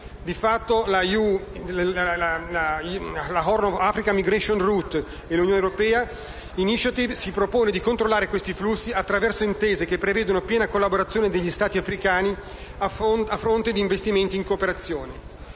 Di fatto la EU-Horn of Africa migration route initiative si propone di controllare questi flussi attraverso intese che prevedono piena collaborazione dagli Stati africani a fronte di investimenti in cooperazione.